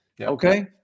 Okay